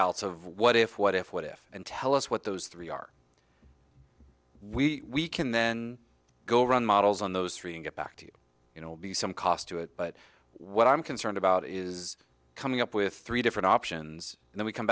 ts of what if what if what if and tell us what those three are we can then go run models on those three and get back to you know be some cost to it but what i'm concerned about is coming up with three different options and then we come